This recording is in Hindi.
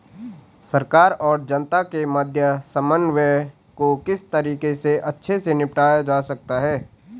सरकार और जनता के मध्य समन्वय को किस तरीके से अच्छे से निपटाया जा सकता है?